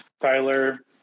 Tyler